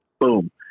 boom